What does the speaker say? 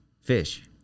Fish